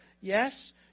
Yes